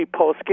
postgame